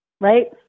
right